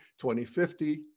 2050